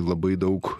labai daug